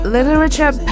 Literature